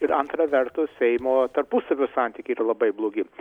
ir antra vertus seimo tarpusavio santykiai yra labai blogi